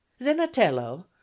zenatello